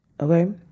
Okay